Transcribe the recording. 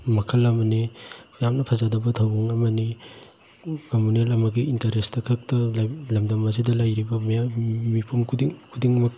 ꯃꯈꯜ ꯑꯃꯅꯤ ꯌꯥꯝꯅ ꯐꯖꯗꯕ ꯊꯧꯑꯣꯡ ꯑꯃꯅꯤ ꯀꯝꯃꯨꯅꯦꯜ ꯑꯃꯒꯤ ꯏꯟꯇꯔꯦꯁꯇ ꯈꯛꯇ ꯂꯝꯗꯝ ꯑꯁꯤꯗ ꯂꯩꯔꯤꯕ ꯃꯤꯄꯨꯝ ꯈꯨꯗꯤꯡꯃꯛ